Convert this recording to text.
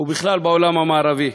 ובכלל, בעולם המערבי.